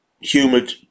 humid